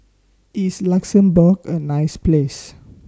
IS Luxembourg A nice Place